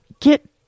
get